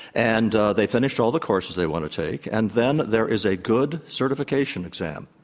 and they finish all the courses they want to take, and then there is a good certification exam,